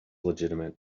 legitimate